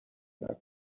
نکنه